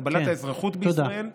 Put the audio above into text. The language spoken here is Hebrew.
קבלת אזרחות בישראל,